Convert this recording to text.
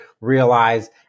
realize